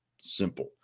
Simple